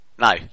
No